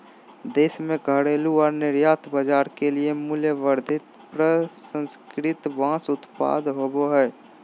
देश में घरेलू और निर्यात बाजार के लिए मूल्यवर्धित प्रसंस्कृत बांस उत्पाद होबो हइ